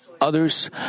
others